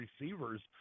receivers